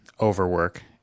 overwork